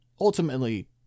ultimately